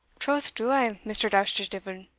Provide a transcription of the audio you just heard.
troth do i, mr. dousterdeevil.